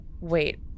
wait